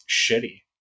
shitty